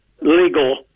legal